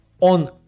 on